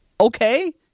okay